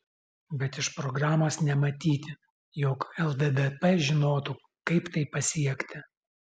bet iš programos nematyti jog lddp žinotų kaip tai pasiekti